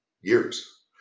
years